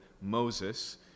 Moses